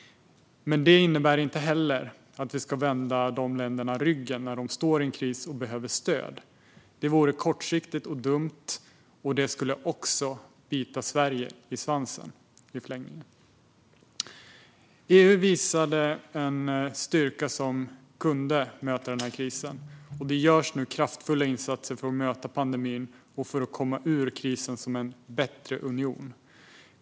Men det innebär inte heller att vi ska vända de länderna ryggen när de står i en kris och behöver stöd. Det vore kortsiktigt och dumt, och det skulle också i förlängningen bita Sverige i svansen. EU visade en styrka som kunde möta den här krisen. Det görs nu kraftfulla insatser för att möta pandemin och för att komma ur krisen som en bättre union.